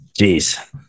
Jeez